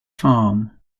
farm